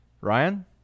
Ryan